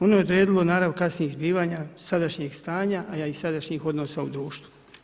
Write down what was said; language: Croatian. Ono je odredilo narav kasnijeg izbivanja, sadašnjih stanja, a i sadašnjih odnosa u društvu.